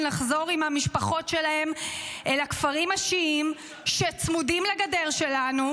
לחזור עם המשפחות שלהם אל הכפרים השיעיים שצמודים לגדר שלנו,